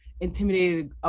intimidated